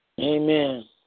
Amen